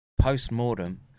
post-mortem